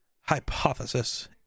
hypothesis